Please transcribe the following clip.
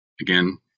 again